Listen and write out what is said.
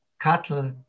cattle